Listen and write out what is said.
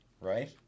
Right